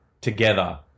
together